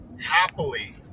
happily